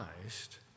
Christ